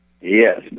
Yes